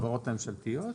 חברות ממשלתיות?